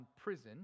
prison